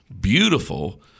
beautiful